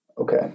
Okay